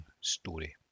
story